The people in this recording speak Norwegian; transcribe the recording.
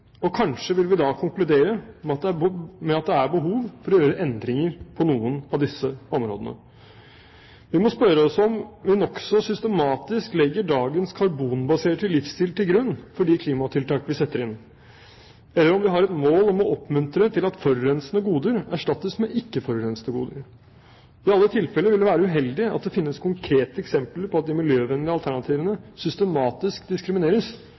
Kanskje vil vi da konkludere med at det er behov for å gjøre endringer på noen av disse områdene. Vi må spørre oss om vi nokså systematisk legger dagens karbonbaserte livsstil til grunn for de klimatiltak vi setter inn, eller om vi har et mål om å oppmuntre til at forurensende goder erstattes med ikke-forurensende goder. I alle tilfeller vil det være uheldig at det finnes konkrete eksempler på at de miljøvennlige alternativene systematisk diskrimineres